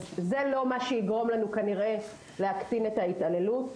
אז זה לא מה שיגרום לנו כנראה להקטין את ההתעללות.